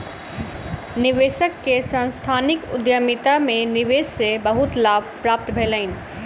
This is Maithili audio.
निवेशक के सांस्थानिक उद्यमिता में निवेश से बहुत लाभ प्राप्त भेलैन